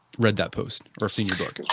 read that post or seen the book?